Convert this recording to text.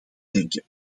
denken